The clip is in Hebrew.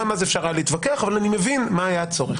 גם אז היה אפשר להתווכח אבל אני מבין מה היה הצורך.